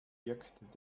wirkt